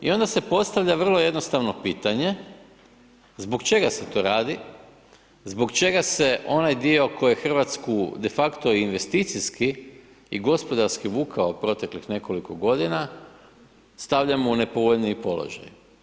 I onda se postavlja vrlo jednostavno pitanje zbog čega se to radi, zbog čega se onaj dio koji je Hrvatsku de facto investicijski i gospodarski vukao proteklih nekoliko godina, stavljamo u nepovoljniji položaj?